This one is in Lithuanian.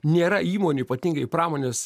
nėra įmonių ypatingai pramonės